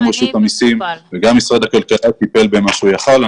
גם רשות המסים וגם משרד הכלכלה טיפלו במה שיכלו.